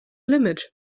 limit